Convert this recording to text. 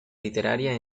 literaria